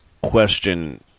question